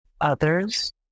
others